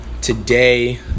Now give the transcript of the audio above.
today